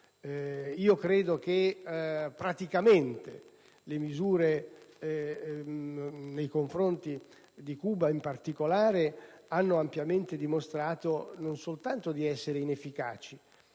Credo che praticamente le misure nei confronti di Cuba in particolare abbiano ampiamente dimostrato non soltanto di essere inefficaci,